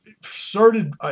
started